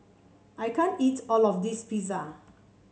I can't eat all of this Pizza